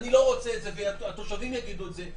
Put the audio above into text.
אני לא רוצה את זה והתושבים יגידו את זה,